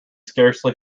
scarcely